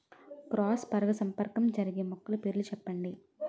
Cross పరాగసంపర్కం జరిగే మొక్కల పేర్లు చెప్పండి?